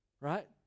Right